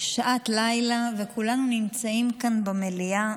שעת לילה, וכולנו נמצאים כאן במליאה